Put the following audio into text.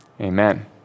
amen